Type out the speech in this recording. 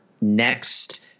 next